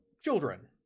children